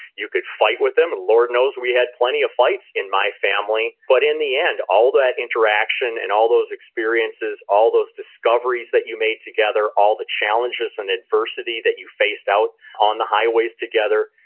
you could fight with them. and lord knows we had plenty of fights in my family. but in the end, all that interaction, and all those experiences, all those discoveries that you made together, all the challenges and adversity that you faced out on the highways together,